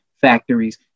factories